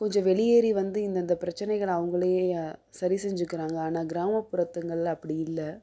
கொஞ்சம் வெளியேறி வந்து இந்த இந்த பிரச்சனைகளை அவங்களே சரி செஞ்சுக்கிறாங்க ஆனால் கிராமப்புறத்துங்களில் அப்படி இல்லை